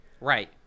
Right